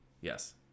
Yes